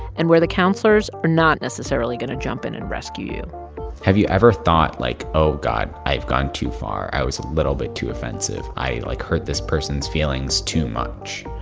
and where the counselors are not necessarily going to jump in and rescue you have you ever thought, like, oh, god, i've gone too far, i was little bit too offensive, i, like, hurt this person's feelings too much?